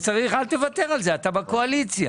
אל תוותר על זה, אתה בקואליציה.